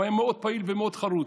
הוא היה מאוד פעיל ומאוד חרוץ.